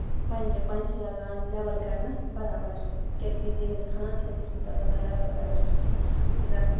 پَنجہٕ پَنجہٕ چھُ لگان لیٚول کرنَس برابر کیازِ یِتھُے زٔمیٖن کھنان چھِ تَمہِ ساتہٕ چھنہٕ تَتھ بَنان لیٚول برابر کِہینۍ یُس زَن